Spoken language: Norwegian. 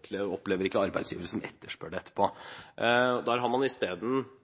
men de opplever ikke arbeidsgivere som etterspør det etterpå. Der har man isteden f.eks. bransjeskoler som er utviklet på egen hånd, som